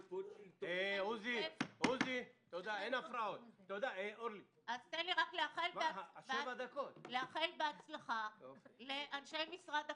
תן לי רק לאחל הצלחה לאנשי משרד החינוך,